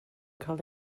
cael